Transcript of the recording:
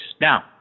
Now